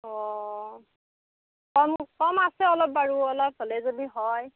অ' কম কম আছে অলপ বাৰু অলপ হ'লে যদি হয়